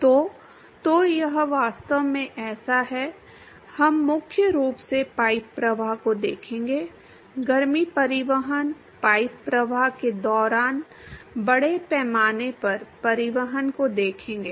तो तो यह वास्तव में ऐसा है हम मुख्य रूप से पाइप प्रवाह को देखेंगे गर्मी परिवहन पाइप प्रवाह के दौरान बड़े पैमाने पर परिवहन को देखेंगे